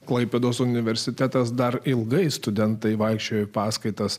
klaipėdos universitetas dar ilgai studentai vaikščiojo į paskaitas